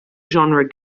genre